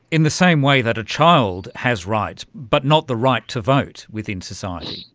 in the same way that a child has rights but not the right to vote within society.